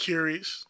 Curious